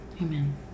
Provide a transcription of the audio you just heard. Amen